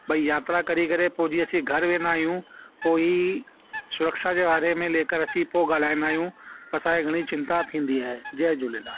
भई यात्रा करी करे पोइ जीअं असीं घर वेंदा आहियूं पोइ ई सुरक्षा जे बारे में लेकर असीं पोइ गाल्हाईंदा आहियूं असांखे घणी चिंता थींदी आहे जय झूलेलाल